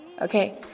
Okay